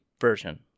version